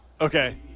okay